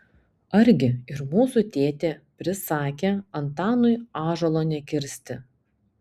argi ir mūsų tėtė prisakė antanui ąžuolo nekirsti